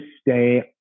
stay